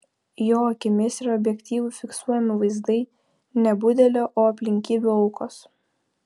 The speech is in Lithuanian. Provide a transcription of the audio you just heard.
jo akimis ir objektyvu fiksuojami vaizdai ne budelio o aplinkybių aukos